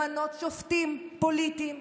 למנות שופטים פוליטיים,